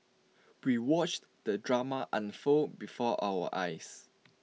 we watched the drama unfold before our eyes